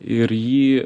ir jį